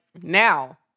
now